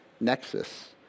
nexus